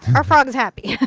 our frog is happy.